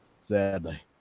Sadly